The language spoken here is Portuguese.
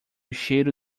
cheiro